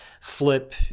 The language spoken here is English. Flip